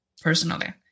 personally